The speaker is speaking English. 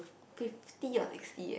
fifty or sixty eh